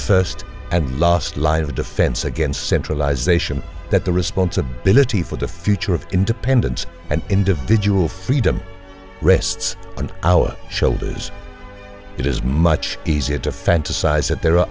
first and last line of defense against centralization that the responsibility for the future of independence and individual freedom rests on our shoulders it is much easier to fantasize that there are